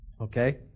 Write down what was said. Okay